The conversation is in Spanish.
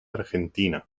argentina